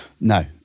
No